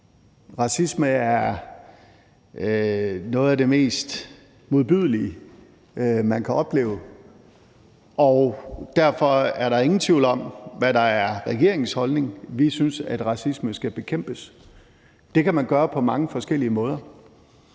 Racisme er noget af det mest modbydelige, man kan opleve, og derfor er der ingen tvivl om, hvad der er regeringens holdning. Vi synes, at racisme skal bekæmpes. Det kan man gøre på mange forskellige måder.